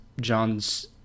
John's